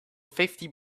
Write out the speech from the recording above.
fifty